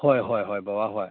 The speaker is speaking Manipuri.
ꯍꯣꯏ ꯍꯣꯏ ꯍꯣꯏ ꯕꯕꯥ ꯍꯣꯏ